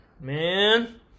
Man